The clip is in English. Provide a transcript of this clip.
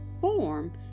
form